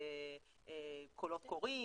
בקולות קוראים,